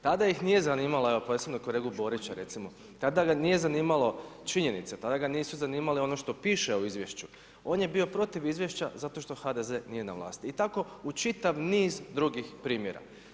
Tada ih nije zanimala, evo posebno kolegu Borića recimo, tada ga nije zanimalo činjenice, tada ga nisu zanimale ono što piše u izvješću, on je bio protiv izvješća zato što HDZ nije na vlasti i tako u čitav niz drugih primjera.